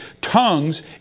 Tongues